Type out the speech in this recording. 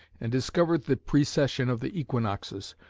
and discovered the precession of the equinoxes,